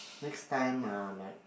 next time ah like ah